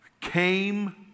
came